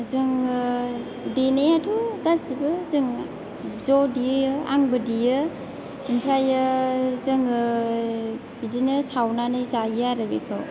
जोङो देनायाथ' गासिबो जों ज' देयो आंबो देयो ओमफ्रायो जोङो बिदिनो सावनानै जायो आरो बेखौ